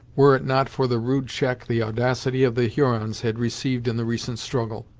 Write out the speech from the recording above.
were it not for the rude check the audacity of the hurons had received in the recent struggle.